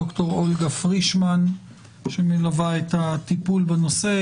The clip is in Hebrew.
ד"ר אולגה פרישמן שמלווה את הטיפול בנושא,